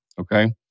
Okay